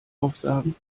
aufsagen